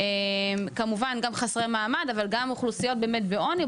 גם חסרי מעמד אבל גם אוכלוסיות בעוני,